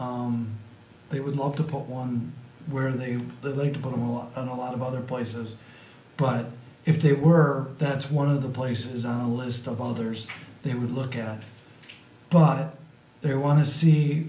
year they would love to put one where they would like to put them on a lot of other places but if they were that's one of the places on the list of others they would look at it but they want to see